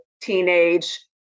teenage